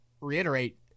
reiterate